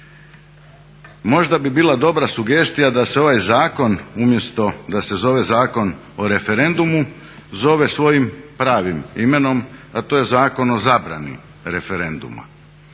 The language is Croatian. Možda bi bila dobra sugestija da se ovaj zakon umjesto da se zove Zakon o referendumu zove svojim pravim imenom a to je zakon o zabrani referenduma.